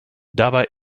dabei